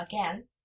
again